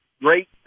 great